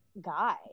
guy